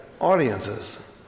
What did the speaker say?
audiences